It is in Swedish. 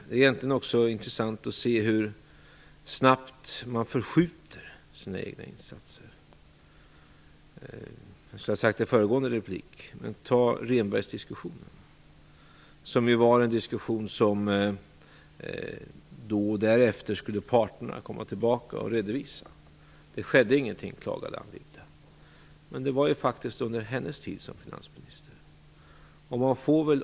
Det är egentligen intressant att se hur snabbt man förskjuter sina egna insatser. Låt oss ta t.ex. Rehnbergsdiskussionen, som var en diskussion som parterna senare skulle redovisa. Det skedde ingenting, klagade Anne Wibble. Men det var faktiskt under hennes tid som finansminister.